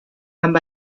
amb